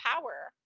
power